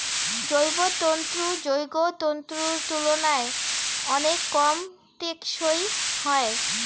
জৈব তন্তু যৌগ তন্তুর তুলনায় অনেক কম টেঁকসই হয়